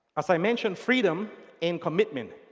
as i mentioned freedom in commitment.